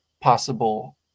possible